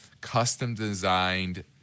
custom-designed